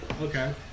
Okay